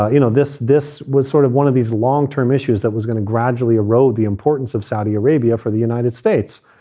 ah you know, this this was sort of one of these long term issues that was going to gradually erode the importance of saudi arabia for the united states.